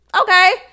Okay